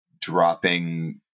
dropping